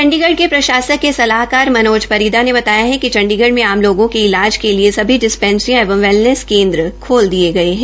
चंडीगढ़ कें प्रशासक के सलाहकार मनोज परिदा ने बताया कि चंडीगढ़ में आम लोगों के इलाज के लिए डिस्पैंसरियां एवं वेलनेस केन्द्र खोल दिये गये है